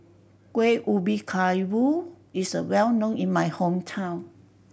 Kueh Ubi Kayu is well known in my hometown